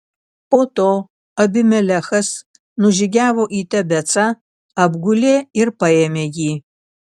po to abimelechas nužygiavo į tebecą apgulė ir paėmė jį